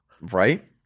Right